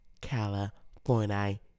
California